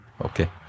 okay